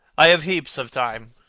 i have heaps of time,